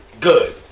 good